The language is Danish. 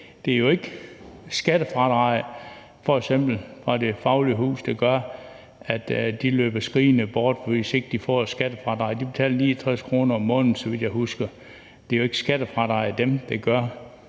f.eks. i forhold til Det Faglige Hus, der gør, at folk løber skrigende bort, hvis de ikke får et skattefradrag. De betaler 69 kr. om måneden, så vidt jeg husker. Det er jo ikke skattefradraget, der har